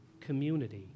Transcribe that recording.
community